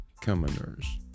commoners